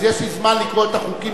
אז יש לי זמן לקרוא את החוקים,